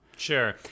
Sure